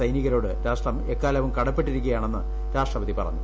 സൈനികരോട് രാഷ്ട്രു ഏക്കാലവും കടപ്പെട്ടിരിക്കുകയാണെന്ന് രാഷ്ട്രപതി പറഞ്ഞു